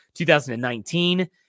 2019